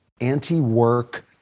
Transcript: anti-work